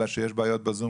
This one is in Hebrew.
אלא כי יש כנראה בעיות בזום.